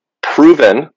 proven